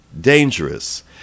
dangerous